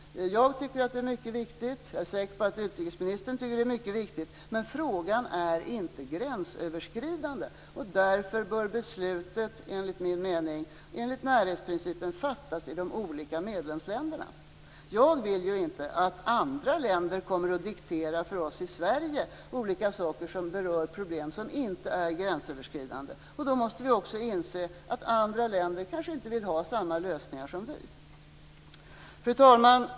Jag tycker det är mycket viktigt, och jag är säker på att utrikesministern tycker att det är mycket viktigt. Men frågan är inte gränsöverskridande, och därför bör beslutet enligt min mening enligt närhetsprincipen fattas i de olika medlemsländerna. Jag vill inte att andra länder kommer och dikterar för oss i Sverige olika saker som berör problem som inte gränsöverskridande. Då måste vi också inse att andra länder kanske inte vill ha samma lösningar som vi. Fru talman!